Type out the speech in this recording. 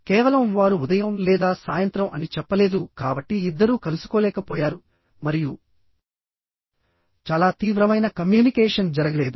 కేవలం వారు ఉదయం లేదా సాయంత్రం అని చెప్పలేదు కాబట్టి ఇద్దరూ కలుసుకోలేకపోయారు మరియు చాలా తీవ్రమైన కమ్యూనికేషన్ జరగలేదు